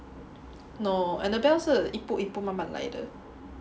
no Annabelle 是一步一步慢慢来的